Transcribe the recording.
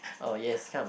oh yes come